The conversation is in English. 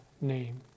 name